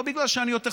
לא בגלל שאני יותר חכם.